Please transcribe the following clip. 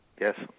Yes